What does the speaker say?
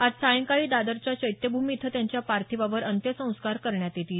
आज सायंकाळी दादरच्या चैत्यभूमी इथं त्यांच्या पार्थिवावर अंत्यसंस्कार करण्यात येतील